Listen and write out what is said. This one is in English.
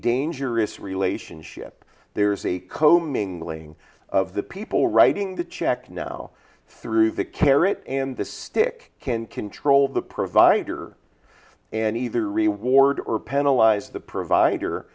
dangerous relationship there's a commingling of the people writing the check now through the carrot and the stick can control the provider and either reward or penalize the provider